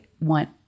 want